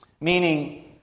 Meaning